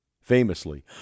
Famously